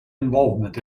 involvement